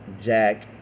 Jack